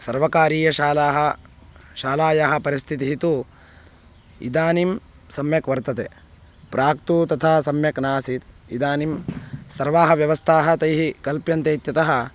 सर्वकारीयाः शालाः शालायाः परिस्थितिः तु इदानीं सम्यक् वर्तते प्राक्तु तथा सम्यक् नासीत् इदानीं सर्वाः व्यवस्थाः तैः कल्प्यन्ते इत्यतः